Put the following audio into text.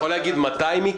אתה יכול להגיד מתי?